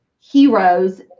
heroes